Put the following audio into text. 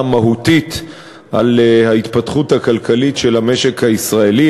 מהותית על ההתפתחות הכלכלית של המשק הישראלי,